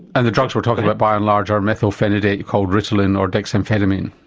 and the drugs we're talking about by and large are methylphenidate, called ritalin or dexamphetamine?